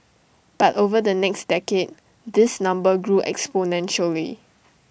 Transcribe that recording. but over the next decade this number grew exponentially